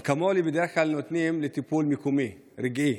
אקמולי בדרך כלל נותנים לטיפול מקומי, רגעי,